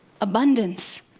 abundance